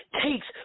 takes